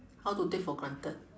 how to take for granted